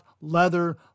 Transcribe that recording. leather